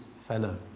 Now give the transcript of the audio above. fellow